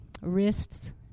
wrists